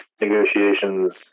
negotiations